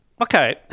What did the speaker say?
Okay